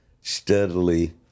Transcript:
steadily